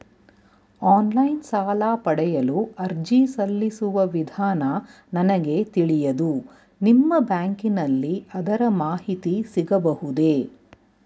Online ಸಾಲ ಪಡೆಯಲು ಅರ್ಜಿ ಸಲ್ಲಿಸುವ ವಿಧಾನ ನನಗೆ ತಿಳಿಯದು ನಿಮ್ಮ ಬ್ಯಾಂಕಿನಲ್ಲಿ ಅದರ ಮಾಹಿತಿ ಸಿಗಬಹುದೇ?